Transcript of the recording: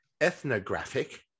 ethnographic